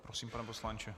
Prosím, pane poslanče.